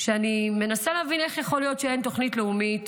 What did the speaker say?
אני מנסה להבין איך יכול להיות שאין תוכנית לאומית